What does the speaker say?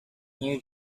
new